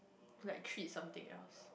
like treat something else